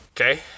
Okay